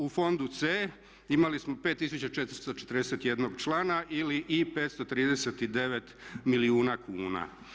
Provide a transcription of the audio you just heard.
U fondu C imali smo 5441 člana i 539 milijuna kuna.